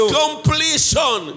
completion